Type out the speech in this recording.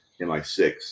MI6